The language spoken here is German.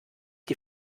die